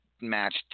match